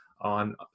on